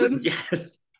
Yes